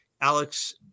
Alex